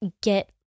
get